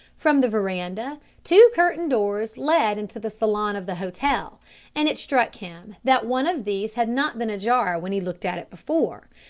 from the veranda two curtained doors led into the salon of the hotel and it struck him that one of these had not been ajar when he looked at it before,